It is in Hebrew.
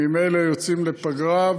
ממילא יוצאים לפגרה,